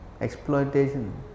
exploitation